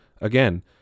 again